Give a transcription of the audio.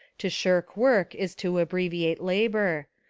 to shirk work is to abbreviate labour.